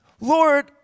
Lord